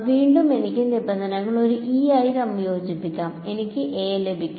വീണ്ടും എനിക്ക് നിബന്ധനകൾ ഒരു E ആയി സംയോജിപ്പിക്കാം എനിക്ക് a ലഭിക്കും